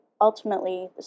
ultimately